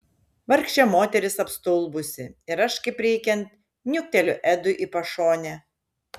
vargšė moteris apstulbusi ir aš kaip reikiant niukteliu edui į pašonę